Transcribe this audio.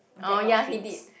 oh ya he did